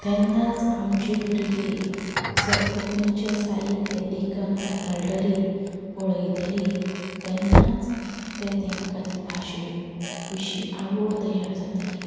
तेन्नाच आमची भुरगी सग कोंकणीचे साहित्य लेखन हाताळटली पळयतली तेन्नाच ती तेंकां भाशे विशीं आवड तयार जातली